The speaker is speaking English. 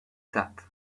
that